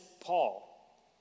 Paul